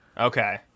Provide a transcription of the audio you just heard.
okay